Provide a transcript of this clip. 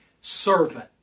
servant